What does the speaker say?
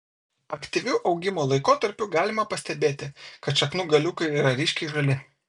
aktyviu augimo laikotarpiu galima pastebėti kad šaknų galiukai yra ryškiai žali